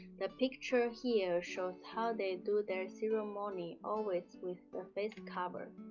the picture here shows how they do their ceremony, always with the face cover.